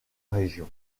région